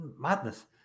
madness